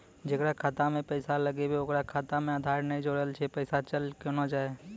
जेकरा खाता मैं पैसा लगेबे ओकर खाता मे आधार ने जोड़लऽ छै पैसा चल कोना जाए?